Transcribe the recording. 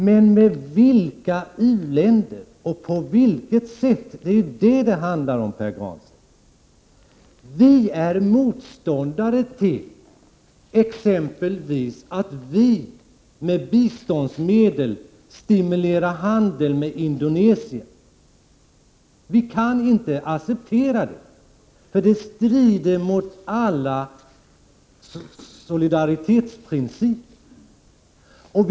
Men med vilka u-länder och på vilket sätt, det är vad frågan handlar om, Pär Granstedt. Vi är exempelvis motståndare till att vi med biståndsmedel stimulerar handeln med Indonesien. Vi kan inte acceptera det. Det strider mot alla solidaritetsprinciper.